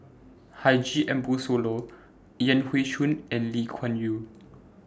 Haji Ambo Sooloh Yan Hui Chang and Lee Kuan Yew